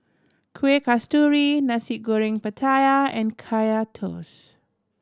Kueh Kasturi Nasi Goreng Pattaya and Kaya Toast